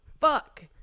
fuck